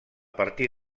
partir